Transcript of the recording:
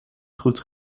goed